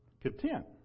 content